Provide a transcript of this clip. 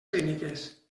clíniques